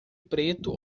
preto